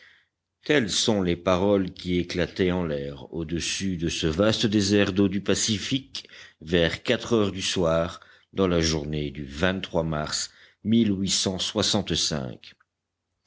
telles sont les paroles qui éclataient en l'air au-dessus de ce vaste désert d'eau du pacifique vers quatre heures du soir dans la journée du mars